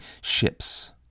ships